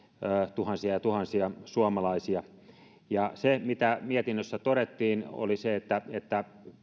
tuhansia ja tuhansia suomalaisia mietinnössä todettiin että että